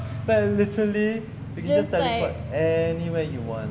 but literally we can just teleport anywhere you want